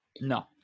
No